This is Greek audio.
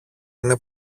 είναι